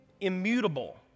immutable